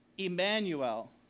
Emmanuel